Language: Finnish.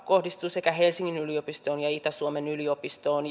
kohdistuvat sekä helsingin yliopistoon että itä suomen yliopistoon